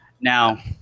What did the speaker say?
Now